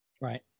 Right